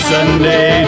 Sunday